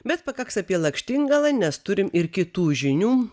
bet pakaks apie lakštingalą nes turim ir kitų žinių